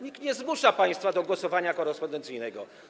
Nikt nie zmusza państwa do głosowania korespondencyjnego.